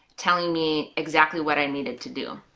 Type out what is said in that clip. telling me exactly what i needed to do.